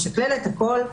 משקלל את הכול.